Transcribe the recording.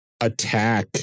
attack